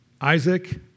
Isaac